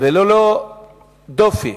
וללא דופי,